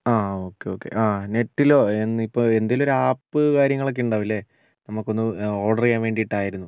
ആ okay okay ആ നെറ്റിലോ ഇന്ന് ഇപ്പോൾ എന്തേൽ ഒരു ആപ്പ് കാര്യങ്ങളൊക്കെ ഉണ്ടാവില്ലേ നമുക്കൊന്ന് ഓർഡർ ചെയ്യാൻ വേണ്ടിയിട്ടായിരുന്നു